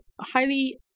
highly